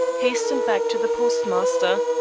hastened back to the postmaster.